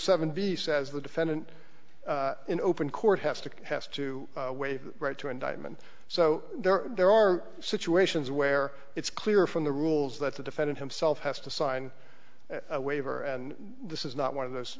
seven v says the defendant in open court has to has to waive right to indictment so there are there are situations where it's clear from the rules that the defendant himself has to sign a waiver and this is not one of those